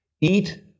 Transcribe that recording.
eat